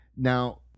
Now